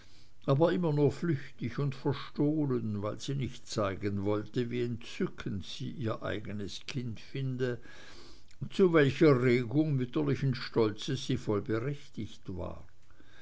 aber immer nur flüchtig und verstohlen weil sie nicht zeigen wollte wie entzückend sie ihr eigenes kind finde zu welcher regung mütterlichen stolzes sie voll berechtigt war